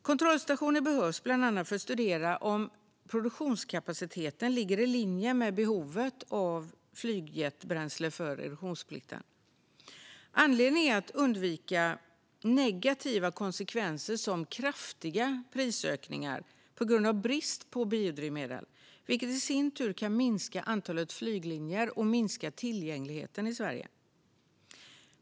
Kontrollstationer behövs bland annat för att studera om produktionskapaciteten ligger i linje med behovet av biojetbränsle för reduktionsplikten. Anledningen är att man ska undvika negativa konsekvenser som kraftiga prisökningar på grund av brist på biodrivmedel, vilket i sin tur kan minska antalet flyglinjer och minska tillgängligheten i Sverige.